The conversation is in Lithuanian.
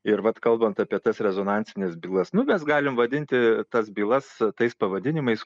ir vat kalbant apie tas rezonansines bylas nu mes galim vadinti tas bylas tais pavadinimais